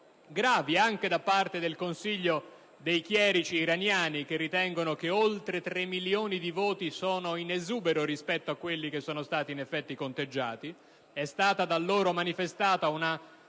gravi anche da parte del Consiglio dei chierici iraniani che ritengono che oltre 3 milioni di voti sono in esubero rispetto a quelli che sono stati in effetti conteggiati. È stata da loro manifestata una